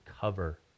cover